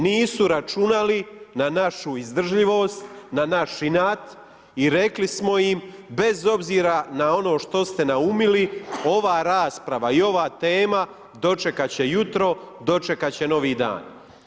Nisu računali na našu izdržljivost, na naš inat i rekli smo im, bez obzira na ono što ste naumili, ova rasprava i ova tema dočekat će jutro, dočekat će novi dan.